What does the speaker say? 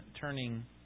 turning